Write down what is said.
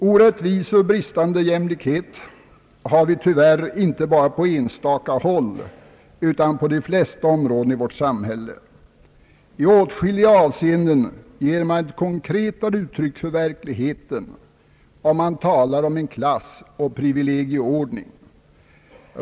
Orättvisor och bristande jämlikhet har vi tyvärr inte bara på enstaka håll utan på de flesta områden i vårt samhälle. I åtskilliga avseenden ger man konkreta uttryck för verkligheten, om man talar om en klassoch privilegieordning.